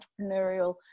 entrepreneurial